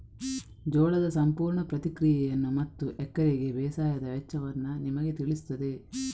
ಜೋಳದ ಸಂಪೂರ್ಣ ಪ್ರಕ್ರಿಯೆಯನ್ನು ಮತ್ತು ಎಕರೆಗೆ ಬೇಸಾಯದ ವೆಚ್ಚವನ್ನು ನಿಮಗೆ ತಿಳಿಸುತ್ತದೆ